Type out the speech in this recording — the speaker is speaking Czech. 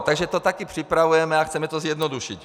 Takže to také připravujeme a chceme to zjednodušit.